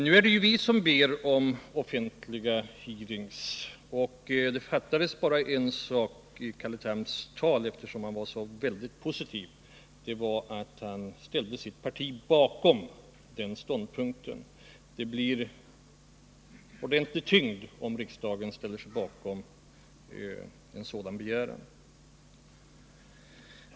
Nu är det ju vi på nej-sidan som ber om offentliga hearings. Det fattades bara en sak i Carl Thams anförande, eftersom han var så utomordentligt positiv, nämligen att han ställt sitt parti bakom den ståndpunkten. Det blir ordentlig tyngd om riksdagen ställer sig bakom en sådan begäran.